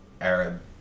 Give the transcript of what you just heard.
Arab